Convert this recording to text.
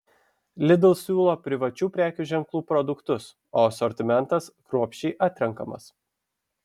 lidl siūlo privačių prekių ženklų produktus o asortimentas kruopščiai atrenkamas